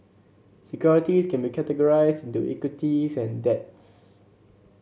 securities can be categorized into equities and debts